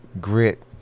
grit